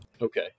okay